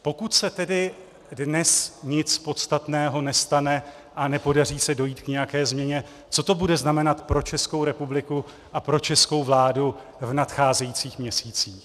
Pokud se tedy dnes nic podstatného nestane a nepodaří se dojít k nějaké změně, co to bude znamenat pro Českou republiku a pro českou vládu v nadcházejících měsících?